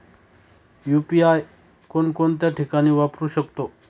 UPI कोणकोणत्या ठिकाणी वापरू शकतो?